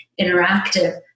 interactive